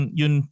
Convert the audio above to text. yun